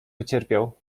wycierpiał